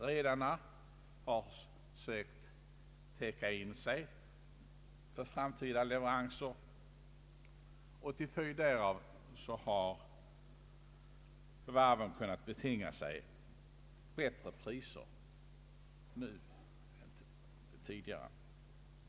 Redarna har sökt täcka in sig för framtida leveranser, och till följd därav har varven kunnat betinga sig bättre priser nu än tidigare.